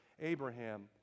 Abraham